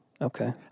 Okay